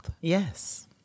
yes